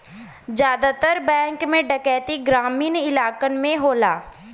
जादातर बैंक में डैकैती ग्रामीन इलाकन में होला